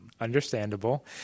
Understandable